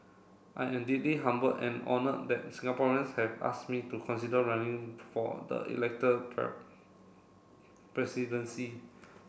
I am deeply humbled and honoured that Singaporeans have asked me to consider running for the elected presidency